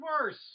worse